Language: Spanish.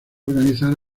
organizar